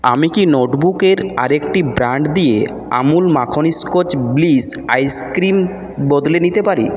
আমি কি নোটবুকের আরেকটি ব্র্যান্ড দিয়ে আমূল মাখন স্কচ ব্লিস আইসক্রিম বদলে নিতে পারি